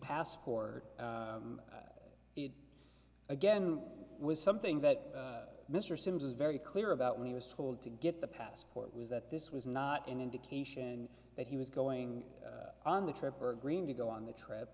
passport it again was something that mr sims was very clear about when he was told to get the passport was that this was not an indication that he was going on the trip or green to go on the trip